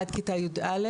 עד כיתה י"א,